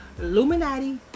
Illuminati